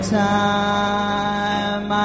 time